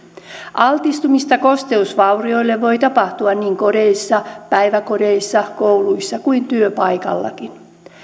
altistumista kosteusvaurioille voi tapahtua niin kodeissa päiväkodeissa kouluissa kuin työpaikallakin